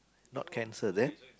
not cancer then